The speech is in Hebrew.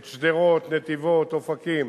את שדרות, נתיבות, אופקים,